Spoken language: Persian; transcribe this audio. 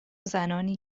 زنانی